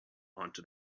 onto